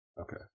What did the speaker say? Okay